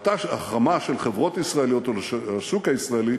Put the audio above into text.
החרמה של חברות ישראליות ושל השוק הישראלי,